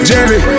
Jenny